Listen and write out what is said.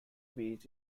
beach